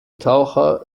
taucher